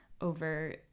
over